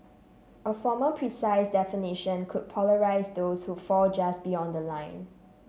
a formal precise definition could polarise those who fall just beyond the line